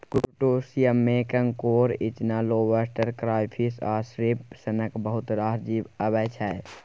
क्रुटोशियनमे कांकोर, इचना, lobster, crayfish आ श्रिंप सनक बहुत रास जीब अबै छै